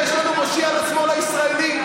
יש מושיע לשמאל הישראלי,